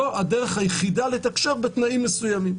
זו הדרך היחידה לתקשר בתנאים מסוימים.